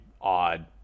odd